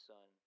Son